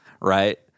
right